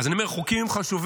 אז אני אומר, חוקים הם חשובים,